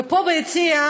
ופה ביציע,